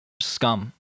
scum